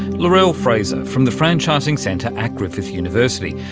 lorelle frazer from the franchising centre at griffith university,